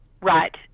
right